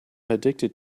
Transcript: addicted